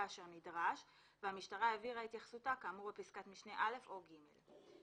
אשר נדרש והמשטרה העבירה התייחסותה כאמור בפסקת משנה (א) או (ג).